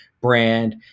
brand